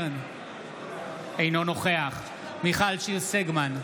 אינו נוכח מיכל שיר סגמן,